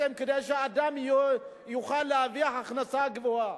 כדי שאדם יוכל להרוויח הכנסה גבוהה.